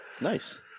Nice